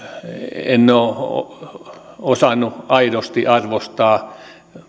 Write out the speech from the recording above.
en ole osannut aidosti arvostaa